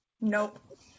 Nope